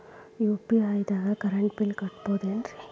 UPI ದಾಗ current bill ಕಟ್ಟಬಹುದೇನ್ರಿ?